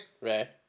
right